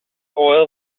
oil